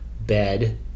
bed